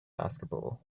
basketball